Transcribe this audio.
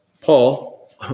Paul